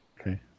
Okay